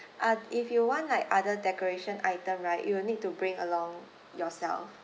uh if you want like other decoration item right you will need to bring along yourself